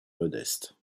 modeste